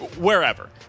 Wherever